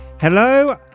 Hello